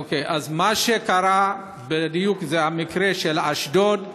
אוקיי, אז מה שקרה בדיוק, זה המקרה של אשדוד,